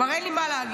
כבר אין לי מה להגיד.